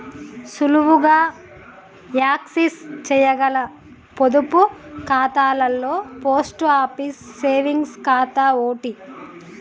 సులువుగా యాక్సెస్ చేయగల పొదుపు ఖాతాలలో పోస్ట్ ఆఫీస్ సేవింగ్స్ ఖాతా ఓటి